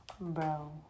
bro